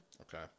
Okay